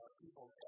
people